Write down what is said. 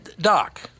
Doc